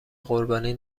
قربانی